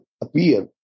appear